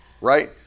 right